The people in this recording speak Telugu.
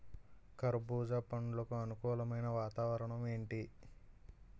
కర్బుజ పండ్లకు అనుకూలమైన వాతావరణం ఏంటి?